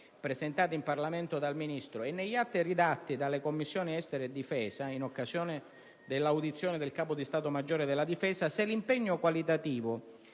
presentato in Parlamento dal Ministro, e in atti redatti dalle Commissioni esteri e difesa in occasione dell'audizione del Capo di Stato maggiore della Difesa, vogliamo capire se l'impegno qualitativo